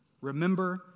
Remember